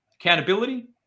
accountability